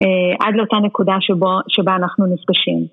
עד לאותה נקודה שבה אנחנו נפגשים.